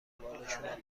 بالشونم